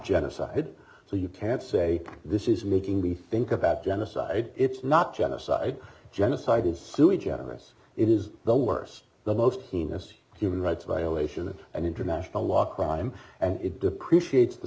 genocide so you can't say this is making me think about genocide it's not genocide genocidal sui generous it is the worst the most heinous human rights violation of an international law crime and it depreciates the